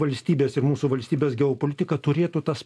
valstybės ir mūsų valstybės geopolitika turėtų tas